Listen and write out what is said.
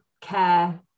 care